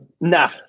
Nah